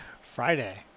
Friday